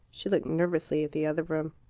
she looked nervously at the other room.